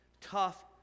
tough